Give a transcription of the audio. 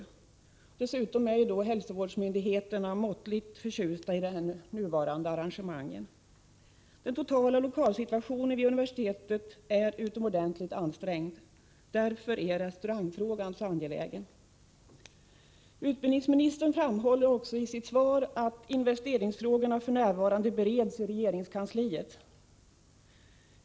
Till detta kommer att hälsovårdsmyndigheterna är måttligt förtjusta i de nuvarande arrangemangen. Den totala lokalsituationen vid universitetet är utomordentligt ansträngd. Därför är restaurangfrågan så angelägen. Utbildningsministern framhåller i sitt svar att investeringsfrågorna f.n. bereds i regeringskansliet.